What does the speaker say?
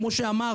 כפי שאמר